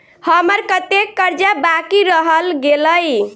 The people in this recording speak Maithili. हम्मर कत्तेक कर्जा बाकी रहल गेलइ?